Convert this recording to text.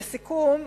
לסיכום,